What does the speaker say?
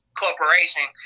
corporation